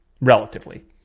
relatively